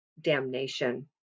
damnation